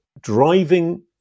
Driving